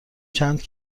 چند